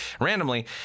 randomly